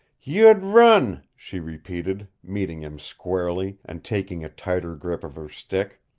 you'd run, she repeated, meeting him squarely, and taking a tighter grip of her stick.